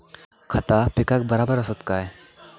खता पिकाक बराबर आसत काय?